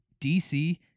DC